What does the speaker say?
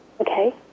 Okay